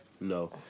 No